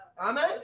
Amen